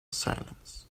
silence